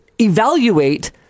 evaluate